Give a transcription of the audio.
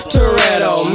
Toretto